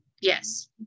Yes